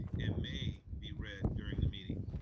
and may be read during the meeting.